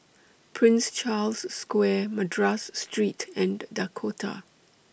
Prince Charles Square Madras Street and Dakota